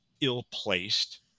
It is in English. ill-placed